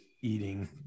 eating